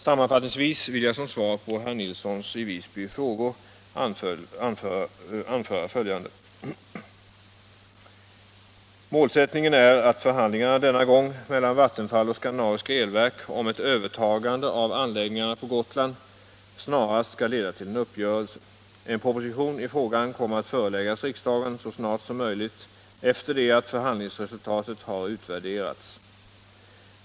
Sammanfattningsvis vill jag som svar på herr Nilssons i Visby frågor anföra följande: Målsättningen är att förhandlingarna mellan Vattenfall och Skandinaviska Elverk om ett övertagande av anläggningarna på Gotland denna gång snarast skall leda till en uppgörelse. En proposition i frågan kommer att föreläggas riksdagen så snart som möjligt efter det att förhandlingsresultatet har utvärderats.